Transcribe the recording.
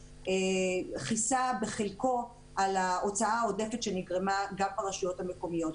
כיסה בחלקו על ההוצאה העודפת שנגרמה גם ברשויות המקומיות.